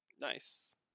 nice